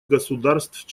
государств